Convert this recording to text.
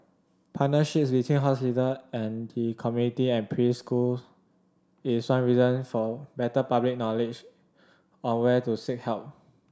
partnerships between hospital and the community and preschool is one reason for better public knowledge on where to seek help